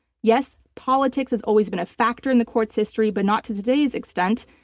yes, politics has always been a factor in the court's history but not to today's extent.